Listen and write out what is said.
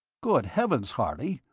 good heavens, harley!